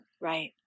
Right